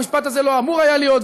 המשפט הזה לא אמור היה להיות,